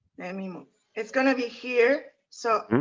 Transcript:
i mean it's gonna be here so,